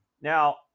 Now